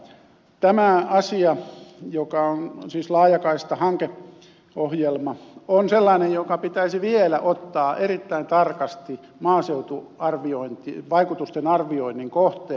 tämä asia joka on siis laajakaistahankeohjelma on sellainen joka pitäisi vielä ottaa erittäin tarkasti maaseutuvaikutusten arvioinnin kohteeksi